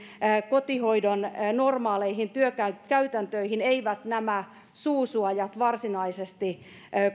kotihoidon normaaleihin työkäytäntöihin eivät nämä suusuojat varsinaisesti